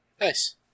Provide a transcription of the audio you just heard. Nice